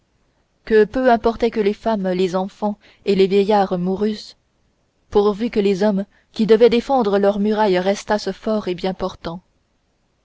que peu importait que les femmes les enfants et les vieillards mourussent pourvu que les hommes qui devaient défendre leurs murailles restassent forts et bien portants